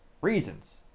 reasons